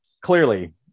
clearly